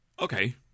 Okay